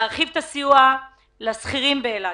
יש להרחיב את הסיוע לשכירים באילת.